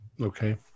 Okay